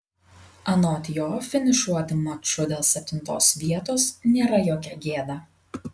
anot jo finišuoti maču dėl septintos vietos nėra jokia gėda